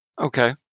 Okay